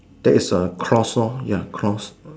there is a cross lor ya cross